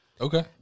Okay